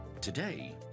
Today